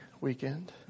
weekend